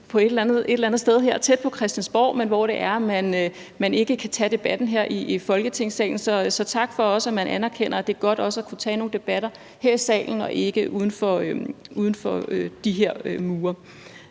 et eller andet sted her tæt på Christiansborg, men hvor det ikke er sådan, at man kan tage debatten her i Folketingssalen. Så også tak for, at man anerkender, at det er godt at kunne tage nogle debatter her i salen og ikke uden for de her mure.